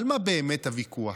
על מה באמת הוויכוח.